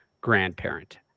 grandparent